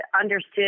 understood